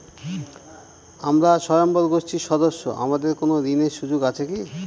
আমরা স্বয়ম্ভর গোষ্ঠীর সদস্য আমাদের কোন ঋণের সুযোগ আছে কি?